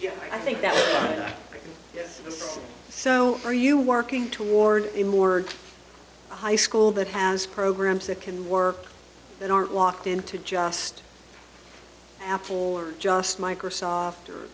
yeah i think that so are you working toward a more high school that has programs that can work that aren't locked into just apple or just microsoft or